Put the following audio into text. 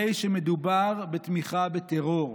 הרי מדובר בתמיכה בטרור.